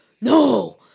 no